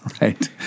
Right